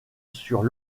sur